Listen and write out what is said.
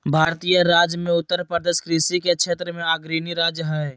भारतीय राज्य मे उत्तरप्रदेश कृषि के क्षेत्र मे अग्रणी राज्य हय